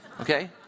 okay